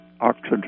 oxygen